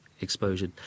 exposure